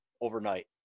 overnight